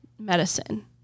medicine